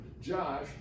Josh